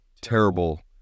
terrible